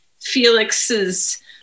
Felix's